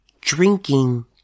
Drinking